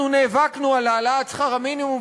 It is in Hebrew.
אנחנו נאבקנו על העלאת שכר המינימום,